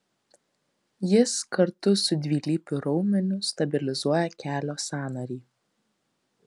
jis kartu su dvilypiu raumeniu stabilizuoja kelio sąnarį